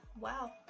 wow